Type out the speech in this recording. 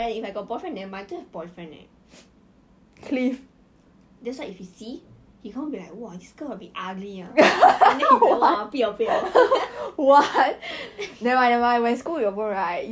crush that I approved of is lucas 他是你你在 um 全部喜欢过的男孩子当中最好的